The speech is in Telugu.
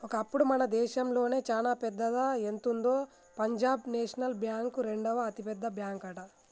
ఒకప్పుడు మన దేశంలోనే చానా పెద్దదా ఎంతుందో పంజాబ్ నేషనల్ బ్యాంక్ రెండవ అతిపెద్ద బ్యాంకట